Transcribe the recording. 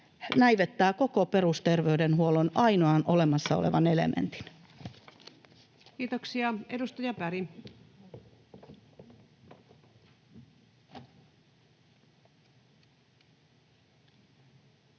koputtaa] koko perusterveydenhuollon ainoan olemassa olevan elementin. Kiitoksia. — Edustaja Berg. Arvoisa